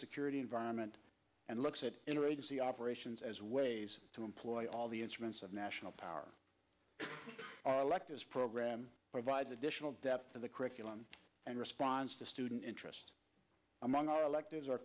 security environment and looks at interagency operations as ways to employ all the instruments of national power electives program provides additional depth of the curriculum and response to student interest among our elect